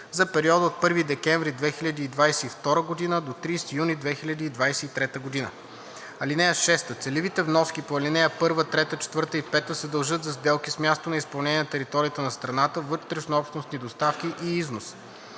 за периода от 1 декември 2022 г. до 30 юни 2023 г. (6) Целевите вноски по ал. 1, 3, 4 и 5 се дължат за сделки с място на изпълнение на територията на страната, вътреобщностни доставки и износ.